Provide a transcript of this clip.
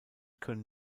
können